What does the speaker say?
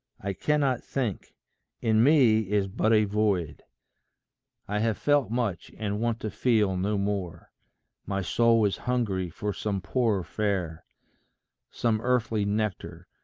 i cannot think in me is but a void i have felt much, and want to feel no more my soul is hungry for some poorer fare some earthly nectar,